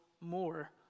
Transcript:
more